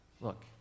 look